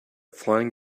flying